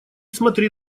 смотри